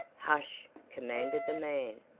hush! commanded the man,